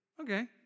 Okay